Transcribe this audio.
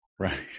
right